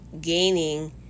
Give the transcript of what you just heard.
gaining